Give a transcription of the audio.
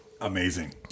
amazing